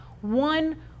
one